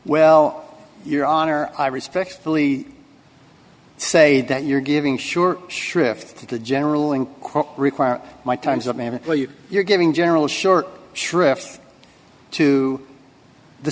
well your honor i respectfully say that you're giving sure shrift to the general and require my time's up maybe you're giving general short shrift to the